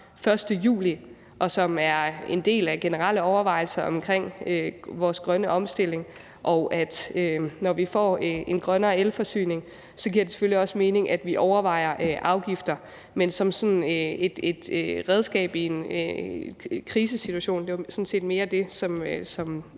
1. juli, og som er en del af de generelle overvejelser omkring vores grønne omstilling, og når vi får en grønnere elforsyning, giver det selvfølgelig også mening, at vi overvejer afgifter, men som sådan et redskab i en krisesituation. Det var sådan set mere det, som